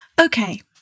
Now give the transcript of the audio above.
Okay